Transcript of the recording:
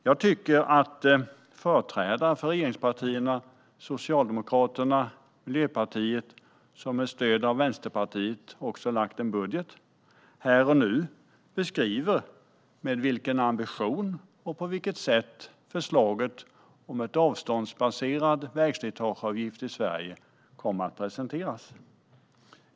Jag tycker att företrädare för regeringspartierna Socialdemokraterna och Miljöpartiet, som med stöd av Vänsterpartiet har lagt fram en budget, här och nu kan beskriva med vilken ambition och på vilket sätt förslaget om en avståndsbaserad vägslitageavgift i Sverige kommer att presenteras.